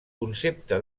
concepte